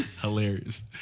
Hilarious